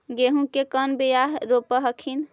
गेहूं के कौन बियाह रोप हखिन?